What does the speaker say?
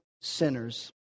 sinners